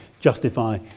justify